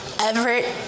Everett